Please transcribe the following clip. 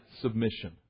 submission